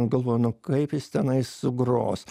galvoju nu kaip jis tenais sugros